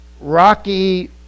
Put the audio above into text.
rocky